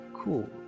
cool